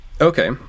Okay